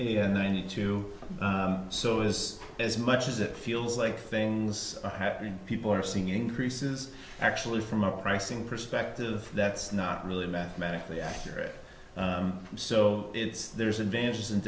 percent ninety two so it is as much as it feels like things are happening people are seeing increases actually from a pricing perspective that's not really mathematically accurate so it's there's advantages and